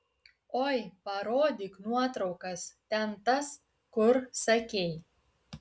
oi parodyk nuotraukas ten tas kur sakei